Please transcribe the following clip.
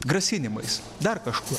grasinimais dar kažkuo